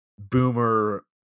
boomer